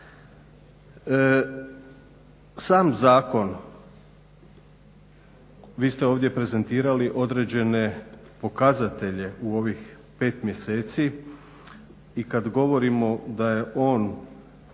Sam zakon, vi ste ovdje prezentirali određene pokazatelje u ovih 5 mjeseci i kad govorimo da je on